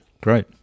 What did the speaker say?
Great